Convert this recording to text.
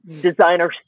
designer